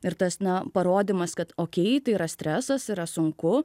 ir tas na parodymas kad okei tai yra stresas yra sunku